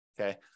okay